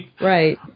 Right